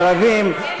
ערבים,